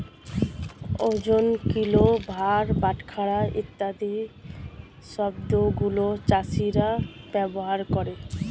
ওজন, কিলো, ভার, বাটখারা ইত্যাদি শব্দ গুলো চাষীরা ব্যবহার করে